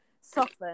soften